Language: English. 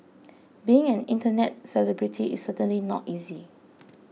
being an internet celebrity is certainly not easy